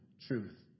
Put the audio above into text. truth